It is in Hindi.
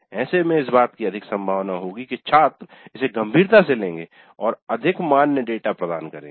ऐसे में इस बात की अधिक संभावना होगी कि छात्र इसे गंभीरता से लेंगे और अधिक मान्य डेटा प्रदान करेंगे